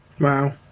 Wow